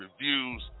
reviews